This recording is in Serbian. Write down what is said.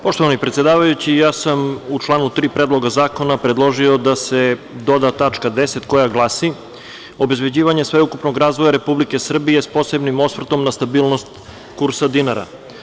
Poštovani predsedavajući, ja sam u članu 3. Predloga zakona predložio da se doda tačka 10) koja glasi: „Obezbeđivanje sveukupnog razvoja Republike Srbije, s posebnim osvrtom na stabilnost kursa dinara“